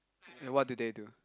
and what do they do